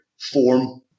Form